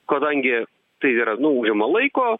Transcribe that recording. kadangi tai yra nu užema laiko